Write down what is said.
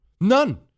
None